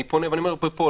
אני אומר את זה פה,